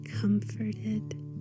comforted